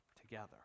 together